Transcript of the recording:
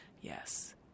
Yes